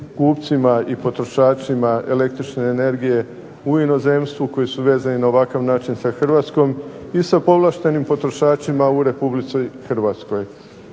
kupcima i potrošačima električne energije u inozemstvu koji su vezani na ovakav način sa Hrvatskom i sa povlaštenim potrošačima u Republici Hrvatskoj.